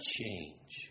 change